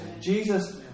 Jesus